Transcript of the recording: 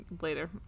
later